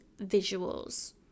visuals